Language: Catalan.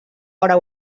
hora